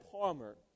Palmer